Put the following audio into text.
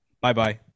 bye-bye